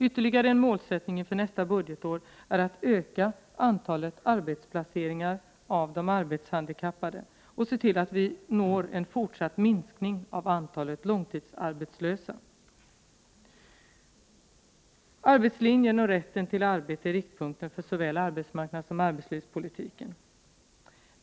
Ytterligare en målsättning inför nästa budgetår är att utöka antalet arbetsplaceringar av de arbetshandikappade och se till att vi får en fortsatt minskning av antalet långtidsarbetslösa. Arbetslinjen och rätten till arbete är riktpunkten för såväl arbetsmarknadssom arbetslivspolitiken.